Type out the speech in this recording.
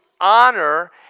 honor